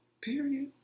period